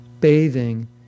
bathing